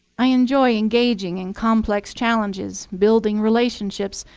i enjoy engaging in complex challenges, building relationships,